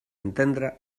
entendre